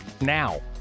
now